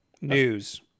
news